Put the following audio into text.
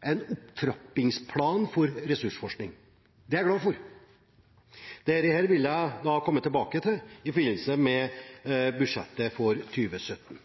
en opptrappingsplan for ressursforskning. Det er jeg glad for. Dette vil jeg da komme tilbake til i forbindelse med budsjettet for 2017.